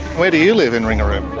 where do you live in ringarooma?